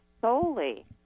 solely